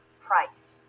price